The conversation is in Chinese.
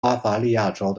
巴伐利亚州